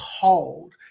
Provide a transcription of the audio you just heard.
called